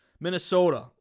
Minnesota